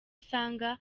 usanga